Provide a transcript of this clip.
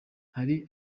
hari